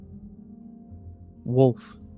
wolf